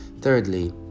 Thirdly